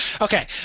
okay